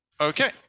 Okay